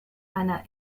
einer